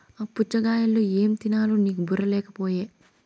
ఆ పుచ్ఛగాయలో ఏం తినాలో నీకు బుర్ర లేకపోయె